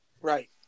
Right